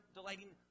delighting